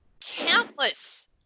countless